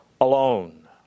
alone